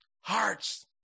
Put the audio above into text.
Hearts